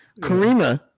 karima